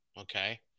Okay